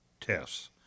tests